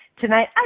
tonight